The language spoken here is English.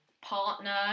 partner